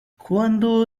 cuando